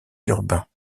urbains